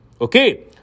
Okay